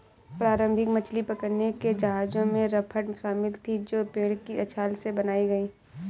प्रारंभिक मछली पकड़ने के जहाजों में राफ्ट शामिल थीं जो पेड़ की छाल से बनाई गई